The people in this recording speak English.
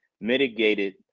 mitigated